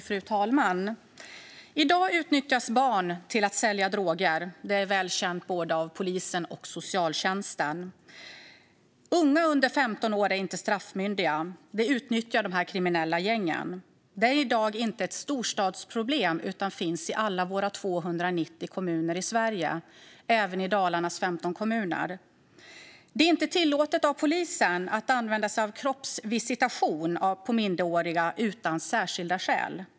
Fru talman! I dag utnyttjas barn till att sälja droger. Det är väl känt av både polisen och socialtjänsten. Unga under 15 år är inte straffmyndiga. Detta utnyttjar de kriminella gängen. Det är inte ett storstadsproblem i dag utan finns i alla våra 290 kommuner i Sverige, även i Dalarnas 15 kommuner. Det är inte tillåtet för polisen att utan särskilda skäl kroppsvisitera minderåriga.